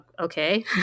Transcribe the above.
okay